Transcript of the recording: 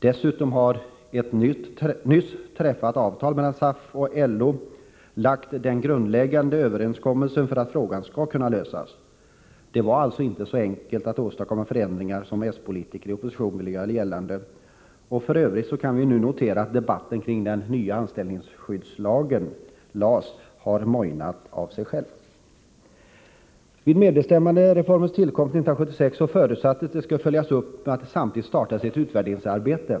Dessutom utgör ett nyss träffat avtal mellan SAF och LO den grundläggande överenskommelsen för att frågan skall kunna lösas. Det var alltså inte så enkelt att åstadkomma förändringar som s-politiker i opposition ville göra gällande. Vi kan f. ö. nu notera att debatten kring den nya anställningsskyddslagen, LAS, har mojnat. Vid medbestämmandereformens tillkomst 1976 förutsattes att den skulle följas upp genom att det samtidigt startades ett utvärderingsarbete.